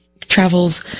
travels